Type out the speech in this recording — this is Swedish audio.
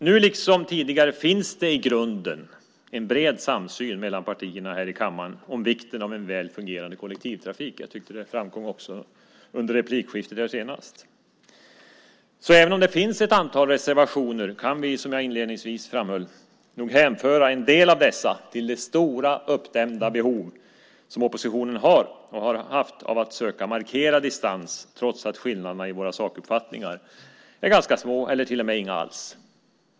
Nu liksom tidigare finns det i grunden en bred samsyn mellan partierna här i kammaren om vikten av en väl fungerande kollektivtrafik. Jag tyckte att det framkom också under replikskiftet här senast. Även om det finns ett antal reservationer kan vi, som jag inledningsvis framhöll, nog hänföra en del av dessa till det stora uppdämda behov som oppositionen har och har haft av att söka markera distans, trots att skillnaderna i våra sakuppfattningar är ganska små eller till och med inga alls.